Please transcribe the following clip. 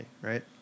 right